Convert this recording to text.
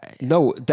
No